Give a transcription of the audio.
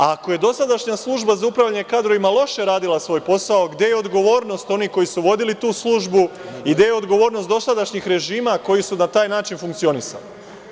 Ako je dosadašnja Služba za upravljanje kadrovima loše radila svoj posao, gde je odgovornost onih koji su vodili tu službu i gde je odgovornost dosadašnjih režima koji su na taj način funkcionisali?